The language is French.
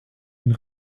une